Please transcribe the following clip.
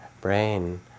brain